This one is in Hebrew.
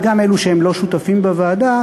וגם אלו שהם לא שותפים בוועדה,